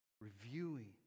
reviewing